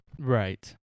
Right